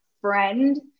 friend